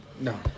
No